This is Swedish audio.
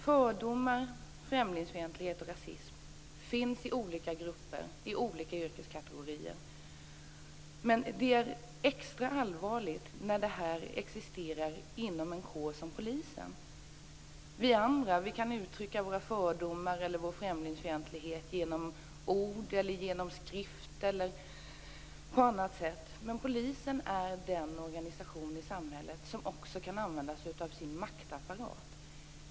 Fördomar, främlingsfientlighet och rasism finns i olika grupper, i olika yrkeskategorier. Men det är extra allvarlig när det existerar inom en kår som polisen. Andra kan uttrycka sina fördomar eller sin främlingsfientlighet genom ord, genom skrifter eller på annat sätt. Men polisen är den organisation i samhället som också kan använda sig av sin maktapparat.